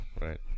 right